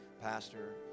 Pastor